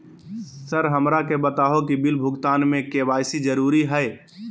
Sir हमरा के बताओ कि बिल भुगतान में के.वाई.सी जरूरी हाई?